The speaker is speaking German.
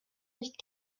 nicht